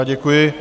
Děkuji.